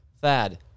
Thad